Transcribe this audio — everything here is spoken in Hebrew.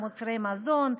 מוצרי מזון,